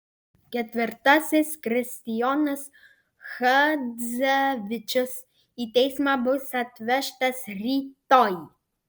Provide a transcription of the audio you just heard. ketvirtasis kristijonas chadzevičius į teismą bus atvežtas rytoj